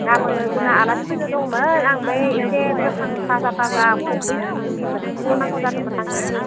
गाबोनो जोंहा आलासि फैनो दंमोन आं ओमफाय एसे गोथां थाजा थाजा खबि बै फुलखबि गोथांखौ नांगौ जादोंमोन आनो